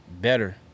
better